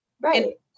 Right